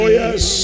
yes